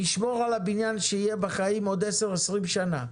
נשמור על הבניין שיהיה בחיים עוד 20-10 שנה,